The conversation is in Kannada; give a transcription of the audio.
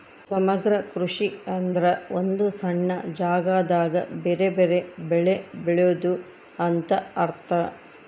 ಸಮಗ್ರ ಕೃಷಿ ಎಂದ್ರ ಒಂದು ಸಣ್ಣ ಜಾಗದಾಗ ಬೆರೆ ಬೆರೆ ಬೆಳೆ ಬೆಳೆದು ಅಂತ ಅರ್ಥ